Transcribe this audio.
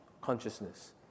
consciousness